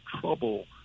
trouble